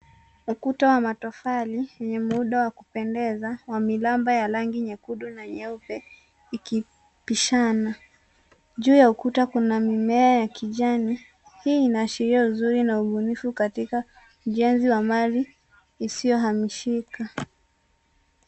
Ukuta wa matofali wenye muundo wa kupendeza wa miraba ya rangi nyekundu na nyeupe ikipishana. Juu ya ukuta kuna mimea ya kijani. Hii inaashiria uzuri na ubunifu katika ujenzi wa mali isiyohamishika.